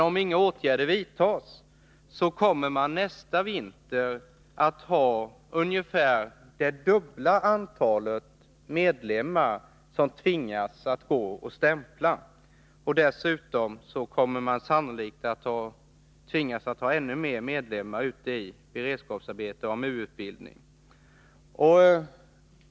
Utan åtgärder kommer nästa år ungefär dubbla antalet medlemmar i den avdelningen att tvingas gå och stämpla. Dessutom kommer avdelningen sannolikt att tvingas ha ännu fler medlemmar än nu i beredskapsarbete och AMU-utbildning.